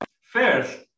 First